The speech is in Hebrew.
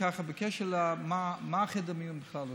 ככה: בקשר למה שחדר מיון בכלל עושה.